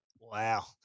Wow